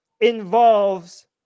involves